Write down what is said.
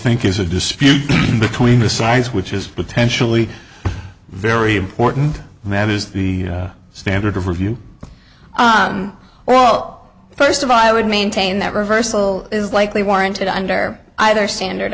think is a dispute between the sides which is potentially very important and that is the standard of review well first of all i would maintain that reversal is likely warranted under either standard